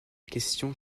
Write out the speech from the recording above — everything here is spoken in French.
question